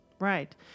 Right